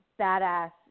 badass